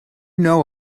know